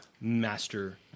Master